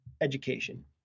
education